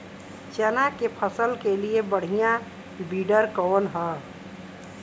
चना के फसल के लिए बढ़ियां विडर कवन ह?